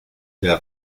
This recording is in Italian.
del